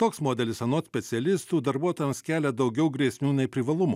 toks modelis anot specialistų darbuotojams kelia daugiau grėsmių nei privalumų